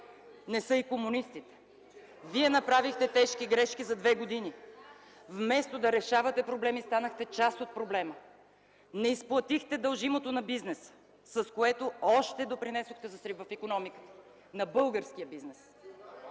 Не са и комунистите. Вие направихте тежки грешки за две години. Вместо да решавате проблеми, станахте част от проблема. Не изплатихте дължимото на бизнеса, с което още допринесохте за срива в икономиката. МИНИСТЪР-ПРЕДСЕДАТЕЛ